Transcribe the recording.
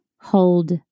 hold